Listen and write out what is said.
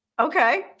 okay